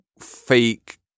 fake